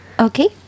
Okay